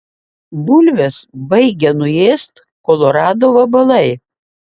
bulves baigia nuėst kolorado vabalai